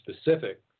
specific